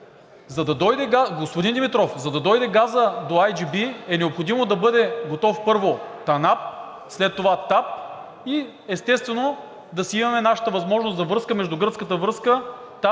за да дойде газът до IGB, е необходимо да бъде готов, първо, ТАНАП, след това ТАП, и естествено, да си имаме нашата възможност за връзка между гръцката връзка ТАП